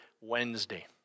Wednesday